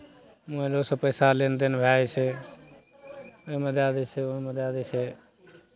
मोबाइलोसँ पैसा लेनदेन भए जाइ छै एहिमे दए दै छै ओहिमे दए दै छै